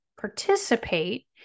participate